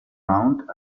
round